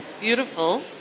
beautiful